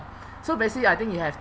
so basically I think you have